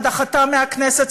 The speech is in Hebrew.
הדחתם מהכנסת,